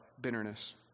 bitterness